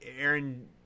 Aaron